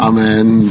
Amen